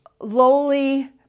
lowly